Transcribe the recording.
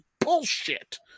bullshit